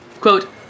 Quote